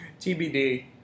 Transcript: TBD